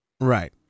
right